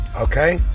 Okay